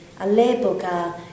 All'epoca